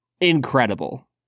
incredible